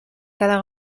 cada